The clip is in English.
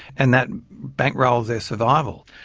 and that bankrolls their survival.